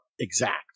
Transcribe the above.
Exact